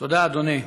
תודה, אדוני.